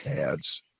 ads